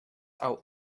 out